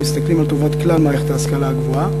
ומסתכלים על טובת כלל מערכת ההשכלה הגבוהה.